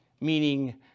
meaning